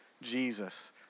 Jesus